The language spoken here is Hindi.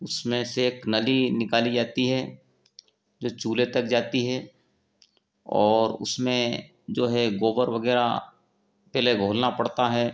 उसमें से एक नली निकाली जाती है जो चूल्हे तक जाती है और उसमें जो है गोबर वगैरह पहले घोलना पड़ता है